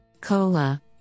COLA